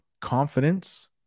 Confidence